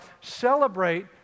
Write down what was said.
Celebrate